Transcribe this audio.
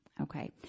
okay